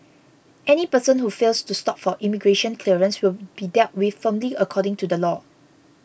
any person who fails to stop for immigration clearance will be dealt with firmly according to the law